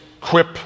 quip